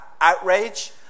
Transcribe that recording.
outrage